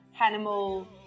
Animal